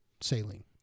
saline